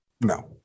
No